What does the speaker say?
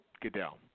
Goodell